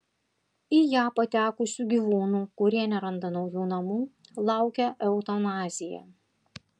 į ją patekusių gyvūnų kurie neranda naujų namų laukia eutanazija